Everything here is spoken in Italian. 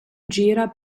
gira